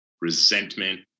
resentment